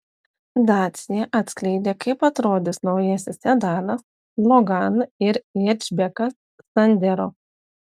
dacia atskleidė kaip atrodys naujasis sedanas logan ir hečbekas sandero